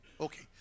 okay